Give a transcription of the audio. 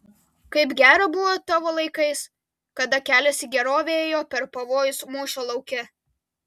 kaip gera buvo tavo laikais kada kelias į gerovę ėjo per pavojus mūšio lauke